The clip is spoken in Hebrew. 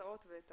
ההצעות ואת